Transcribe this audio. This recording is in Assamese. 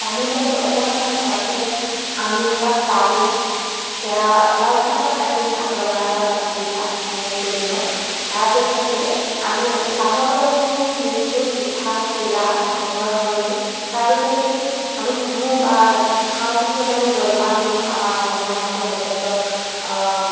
তামোল দিয়া পাছত অকণমান সময় থকাৰ পাছতে আমি একাপ চাহ দিওঁ সেয়া লাল চাহ বা গাখীৰ চাহ ৰঙা চাহ বা গাখীৰ চাহ এনেকৈ গৈ দিওঁ তাৰপিছতে আমি চাহৰ লগত দিওঁ বিস্কুট পিঠা চিৰা এনেকুৱা ধৰণৰ দিওঁ তাৰ পিছতে যদি আমি সোধো বা খাওঁ বুলি ক'লে আমি জলপান দিওঁ আমাৰ অসমীয়া সমাজত যথেষ্ট